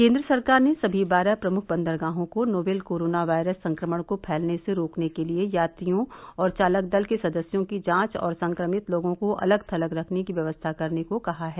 केन्द्र सरकार ने समी बारह प्रमुख बंदरगाहों को नोवेल कोरोना वायरस संक्रमण को फैलने से रोकने के लिए यात्रियों और चालक दल के सदस्यों की जांच और संक्रमित लोगों को अलग थलग रखने की व्यवस्था करने को कहा है